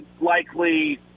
likely